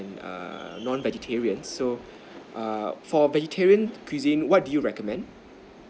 err non vegetarian so err for vegetarian cuisine what do you recommend